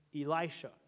Elisha